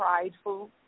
prideful